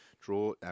draw